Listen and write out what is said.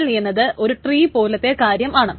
XML എന്നത് ഒരു tree പോലത്തെ കാര്യം ആണ്